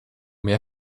mehr